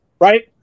right